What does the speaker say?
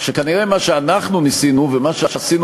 שכנראה מה שאנחנו ניסינו ומה שעשינו